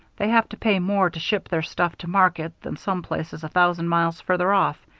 they have to pay more to ship their stuff to market than some places a thousand miles farther off.